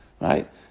right